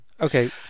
Okay